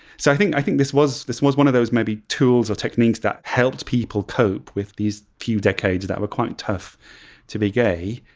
so i think i think this was this was one of those maybe tools or techniques that helped people cope with these few decades that were quite tough to be gay.